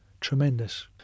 tremendous